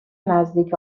نزدیک